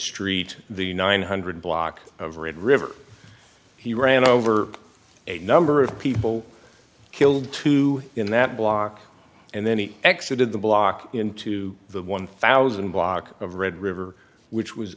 street the nine hundred block of red river he ran over a number of people killed too in that block and then he exited the block into the one thousand block of red river which was